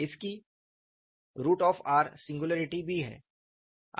इसकी r singularity भी है